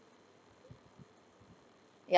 ya